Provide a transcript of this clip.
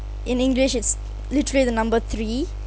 in english it's literally the number three